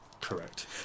correct